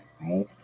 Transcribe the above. right